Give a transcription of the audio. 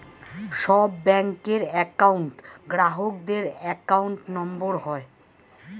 সব ব্যাঙ্কের একউন্ট গ্রাহকদের অ্যাকাউন্ট নম্বর হয়